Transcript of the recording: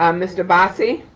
um mr. bossy.